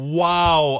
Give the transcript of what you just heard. wow